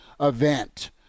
event